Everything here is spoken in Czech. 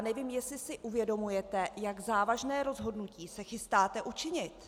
Nevím, jestli si uvědomujete, jak závažné rozhodnutí se chystáte učinit!